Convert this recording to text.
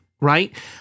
right